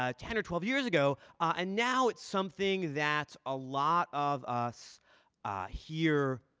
ah ten or twelve years ago. and now it's something that a lot of us hear